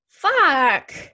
Fuck